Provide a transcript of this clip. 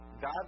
God